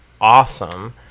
awesome